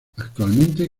actualmente